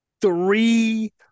three